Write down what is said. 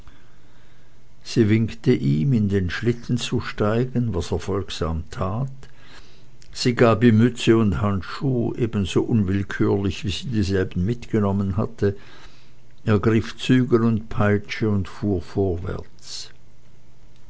sie winkte ihm in den schlitten zu steigen was er folgsam tat sie gab ihm mütze und handschuh ebenso unwillkürlich wie sie dieselben mitgenommen hatte ergriff zügel und peitsche und fuhr vorwärts